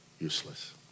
useless